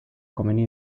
komeni